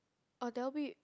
uh there will be